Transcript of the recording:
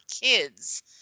kids